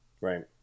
Right